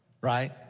right